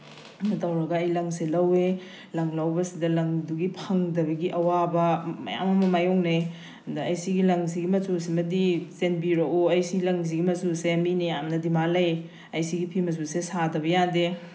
ꯍꯥꯏꯅ ꯇꯧꯔꯒ ꯑꯩ ꯂꯪꯁꯦ ꯂꯧꯏ ꯂꯪ ꯂꯧꯕꯁꯤꯗ ꯂꯪꯗꯨꯒꯤ ꯐꯪꯗꯕꯒꯤ ꯑꯋꯥꯕ ꯃꯌꯥꯝ ꯑꯃ ꯃꯥꯏꯌꯣꯛꯅꯩ ꯑꯗꯨꯗ ꯑꯩ ꯁꯤꯒꯤ ꯂꯪꯁꯤꯒꯤ ꯃꯆꯨꯁꯤꯃꯗꯤ ꯆꯦꯟꯕꯤꯔꯛꯎ ꯑꯩ ꯂꯪꯁꯤꯒꯤ ꯃꯆꯨꯁꯦ ꯃꯤꯅ ꯌꯥꯝꯅ ꯗꯤꯃꯥꯟ ꯂꯩ ꯑꯩ ꯁꯤꯒꯤ ꯐꯤ ꯃꯆꯨꯁꯦ ꯁꯥꯗꯕ ꯌꯥꯗꯦ